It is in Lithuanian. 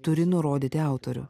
turi nurodyti autorių